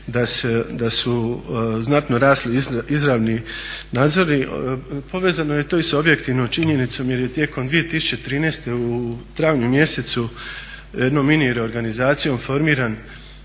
da su znatno rasli izravni nadzori. Povezano je to i sa objektivnom činjenicom je tijekom 2013. u travnju mjesecu jednom mini reorganizacijom formiran